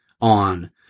on